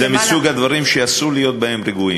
זה מסוג הדברים שאסור להיות בהם רגועים.